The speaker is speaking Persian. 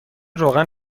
روغن